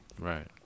Right